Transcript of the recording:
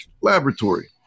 Laboratory